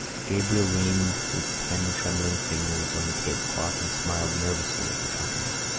gabriel leaned his ten trembling fingers on the tablecloth and smiled nervously at the company.